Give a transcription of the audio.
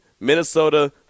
Minnesota